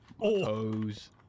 toes